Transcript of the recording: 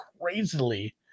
crazily